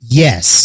yes